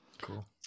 Cool